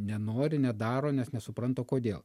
nenori nedaro nes nesupranta kodėl